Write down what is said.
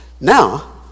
Now